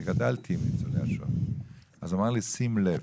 הוא אמר לי: שים לב,